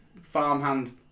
farmhand